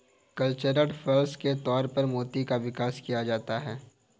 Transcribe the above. cultured pearls के तौर पर मोती का विकास किया जाता है